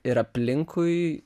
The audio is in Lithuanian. ir aplinkui